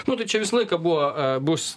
nu tai čia visą laiką buvo bus